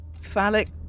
phallic